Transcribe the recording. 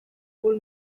full